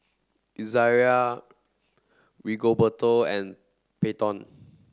Izayah Rigoberto and Peyton